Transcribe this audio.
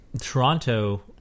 Toronto